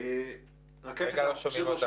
--- אבל בעיקרון,